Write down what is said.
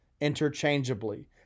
interchangeably